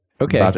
Okay